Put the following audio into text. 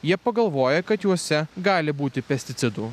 jie pagalvoja kad juose gali būti pesticidų